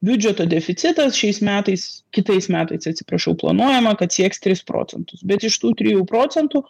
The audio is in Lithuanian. biudžeto deficitas šiais metais kitais metais atsiprašau planuojama kad sieks tris procentus bet iš tų trijų procentų